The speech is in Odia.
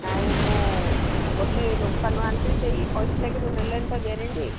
ନାଇଁ ମୁଁ ଗୋଟିଏ ଦୋକାନରୁ ଆଣିଥିଲି ସେଇ କହିଥିଲା କିନ୍ତୁ ନେଲେନି ତ ଗ୍ୟାରେଣ୍ଟି